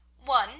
one